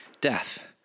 death